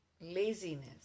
laziness